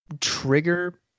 trigger